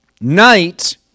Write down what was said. Night